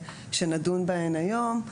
נדון בהן היום,